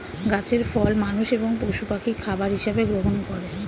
গাছের ফল মানুষ এবং পশু পাখি খাবার হিসাবে গ্রহণ করে